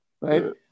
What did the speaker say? right